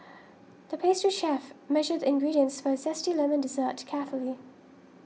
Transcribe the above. the pastry chef measured the ingredients for a Zesty Lemon Dessert carefully